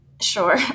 Sure